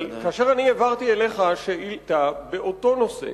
אבל אני העברתי אליך שאילתא באותו נושא,